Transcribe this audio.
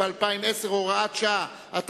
דמי הבראה בשירות הציבורי בשנים 2009 ו-2010 (הוראת שעה),